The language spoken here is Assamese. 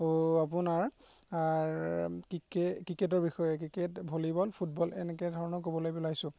অ' আপোনাৰ ক্ৰিকে ক্ৰিকেটৰ বিষয়ে ক্ৰিকেট ভলীবল ফুটবল এনেকৈ ধৰণৰ ক'বলৈ বিলাইছোঁ